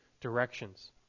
directions